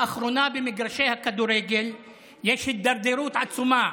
לאחרונה במגרשי הכדורגל יש הידרדרות עצומה,